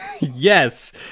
Yes